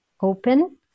open